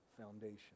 foundation